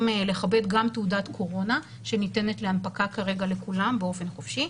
לכבד גם תעודת קורונה שניתנת להנפקה כרגע לכולם באופן חופשי,